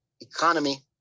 economy